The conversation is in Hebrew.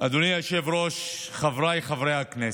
אדוני היושב-ראש, חבריי חברי הכנסת,